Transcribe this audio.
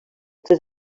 tres